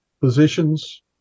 positions